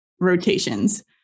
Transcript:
rotations